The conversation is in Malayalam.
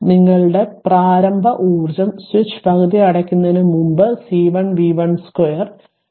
നിങ്ങളുടെ പ്രാരംഭഊർജ്ജം സ്വിച്ച് പകുതി അടയ്ക്ക്കുന്നതിനു മുമ്പ് C1 v1 2